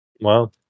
Wow